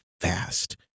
fast